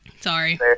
sorry